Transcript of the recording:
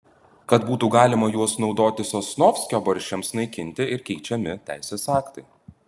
kad būtų galima juos naudoti sosnovskio barščiams naikinti ir keičiami teisės aktai